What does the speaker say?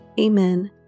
Amen